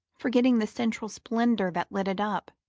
forgetting the central splendour that lit it up.